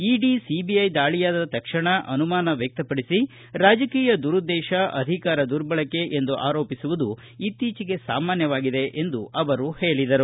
ಇಡಿ CBI ದಾಳಿಯಾದ ತಕ್ಷಣ ಅನುಮಾನ ವ್ಯಕ್ತಪಡಿಸಿ ರಾಜಕೀಯ ದುರುದ್ದೇಶ ಅಧಿಕಾರ ದುರ್ಬಳಕೆ ಎಂದು ಆರೋಪಿಸುವುದು ಇತ್ತೀಚಿಗೆ ಸಾಮಾನ್ಯವಾಗಿದೆ ಎಂದು ಅವರು ಹೇಳಿದರು